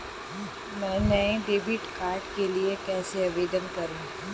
मैं नए debit card के लिए कैसे आवेदन करूं?